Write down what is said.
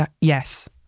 Yes